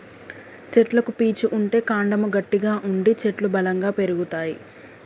చెట్లకు పీచు ఉంటే కాండము గట్టిగా ఉండి చెట్లు బలంగా పెరుగుతాయి